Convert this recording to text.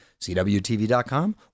cwtv.com